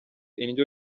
indyo